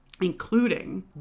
including